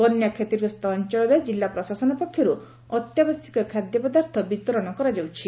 ବନ୍ୟା କ୍ଷତିଗ୍ରସ୍ତ ଅଞ୍ଚଳରେ ଜିଲ୍ଲା ପ୍ରଶାସନ ପକ୍ଷରୁ ଅତ୍ୟାବଶ୍ୟକ ଖାଦ୍ୟପଦାର୍ଥ ବିତରଣ କରାଯାଉଛି